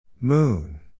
Moon